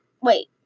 wait